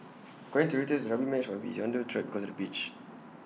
according to Reuters the rugby match might be under threat because of the beach